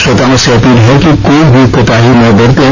श्रोताओं से अपील है कि कोई भी कोताही न बरतें